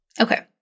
Okay